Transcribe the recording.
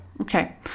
Okay